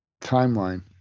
timeline